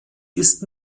ist